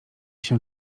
się